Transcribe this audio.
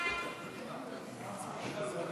ההצעה